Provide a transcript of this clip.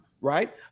right